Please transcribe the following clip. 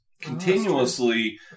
continuously